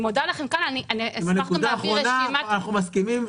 עם הנקודה האחרונה אנחנו מסכימים,